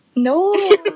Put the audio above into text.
No